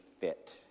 fit